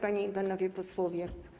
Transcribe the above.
Panie i Panowie Posłowie!